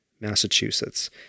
Massachusetts